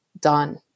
Done